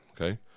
okay